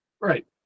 Right